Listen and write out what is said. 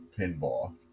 pinball